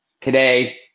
today